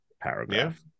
paragraph